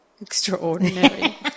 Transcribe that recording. Extraordinary